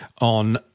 on